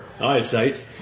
eyesight